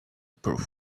proof